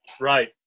right